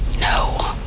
No